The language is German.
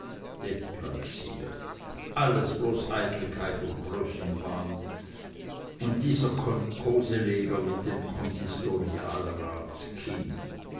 deplaciert alles bloß eitelkeit und größenwahn und dieser koseleger mit dem